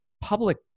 public